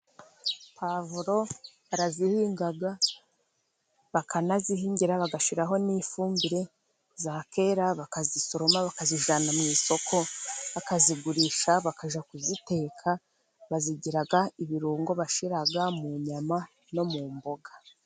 Pavuro barazihinga, bakanazihingira bagashiraho n'ifumbire zakera bakazisoroma, bakazijyana mu isoko bakazigurisha bakaja kuziteka, bazigira ibirungo bashira mu nyama no mu mboga.